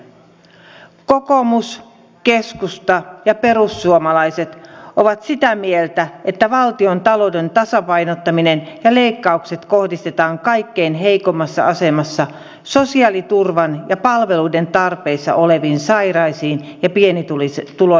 kokoomus keskusta ja perussuomalaiset ovat sitä mieltä että valtiontalouden tasapainottaminen ja leikkaukset kohdistetaan kaikkein heikoimmassa asemassa sosiaaliturvan ja palveluiden tarpeessa oleviin sairaisiin ja pienituloisiin ihmisiin